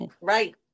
right